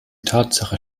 tatsache